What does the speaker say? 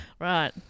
Right